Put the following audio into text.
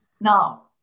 Now